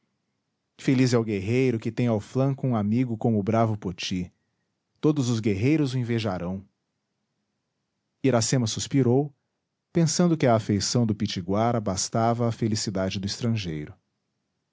feliz é o guerreiro que tem ao flanco um amigo como o bravo poti todos os guerreiros o invejarão iracema suspirou pensando que a afeição do pitiguara bastava à felicidade do estrangeiro